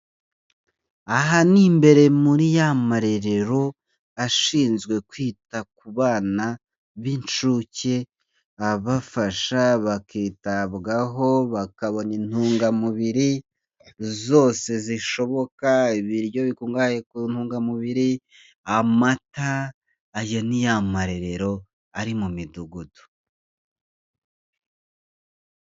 Aha ni imbere muri ya marerero ashinzwe kwita ku bana b'inshuke abafasha bakitabwaho, bakabona intungamubiri zose zishoboka ibiryo bikungahaye ku ntungamubiri, amata, aya ni marerero ari mu Midugudu.